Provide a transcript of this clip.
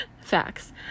Facts